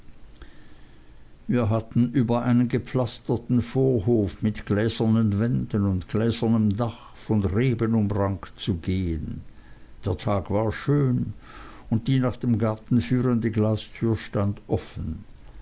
wir hatten über einen gepflasterten vorhof mit gläsernen wänden und gläsernem dach von reben umrankt zu gehen der tag war schön und die nach dem garten führende glastür stand offen